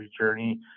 journey